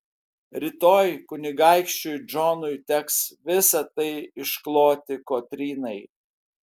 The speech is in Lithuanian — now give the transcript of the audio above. rytoj kunigaikščiui džonui teks visa tai iškloti kotrynai